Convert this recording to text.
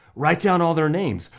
write down all their names.